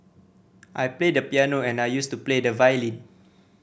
I play the piano and I used to play the violin